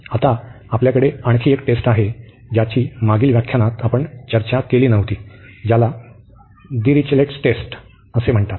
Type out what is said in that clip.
आता आपल्याकडे आणखी एक टेस्ट आहे ज्याची मागील व्याख्यानात आपण चर्चा केली नव्हती ज्याला दिरिचेलेटस टेस्ट Dirichlet's test म्हणतात